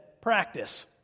practice